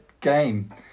game